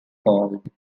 called